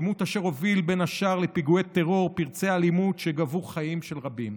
עימות אשר הוביל בין השאר לפיגועי טרור ופרצי אלימות שגבו חיים של רבים.